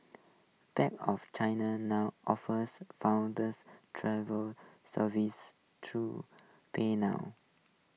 bank of China now offers funders travel services through pay now